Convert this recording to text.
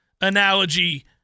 analogy